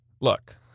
look